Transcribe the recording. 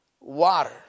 water